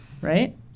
right